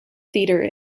theatre